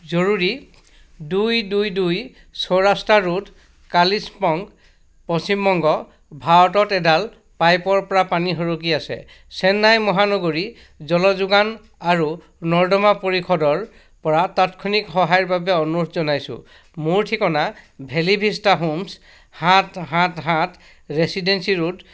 জৰুৰী দুই দুই দুই চৌৰাস্তা ৰোড কালিম্পং পশ্চিমবংগ ভাৰতত এডাল পাইপৰ পৰা পানী সৰকি আছে চেন্নাই মহানগৰী জল যোগান আৰু নৰ্দমা পৰিষদৰ পৰা তাৎক্ষণিক সহায়ৰ বাবে অনুৰোধ জনাইছো মোৰ ঠিকনা ভেলি ভিষ্টা হোমছ সাত সাত সাত ৰেচিডেন্সি ৰোড